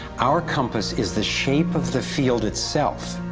our compass is the shape of the field itself.